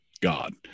God